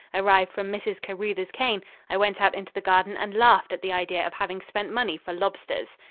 arrived from mrs. caruthers cain, i went out into the garden and laughed at the idea of having spent money for lobsters.